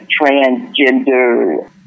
transgender